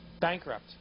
bankrupt